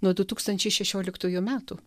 nuo du tūkstančiai šešioliktųjų metų